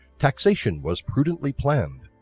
taxation was prudently planned,